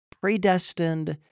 Predestined